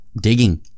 digging